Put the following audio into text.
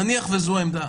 נניח שזו העמדה.